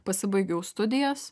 pasibaigiau studijas